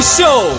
Show